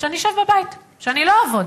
שאני אשב בבית, שאני לא אעבוד.